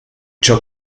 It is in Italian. ciò